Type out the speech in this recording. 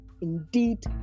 indeed